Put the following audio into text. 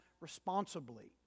responsibly